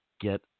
get